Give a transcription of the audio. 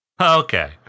Okay